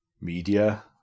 Media